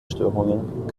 störungen